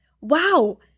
Wow